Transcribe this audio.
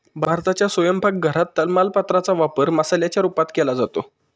भारताच्या स्वयंपाक घरात तमालपत्रा चा वापर मसाल्याच्या रूपात केला जातो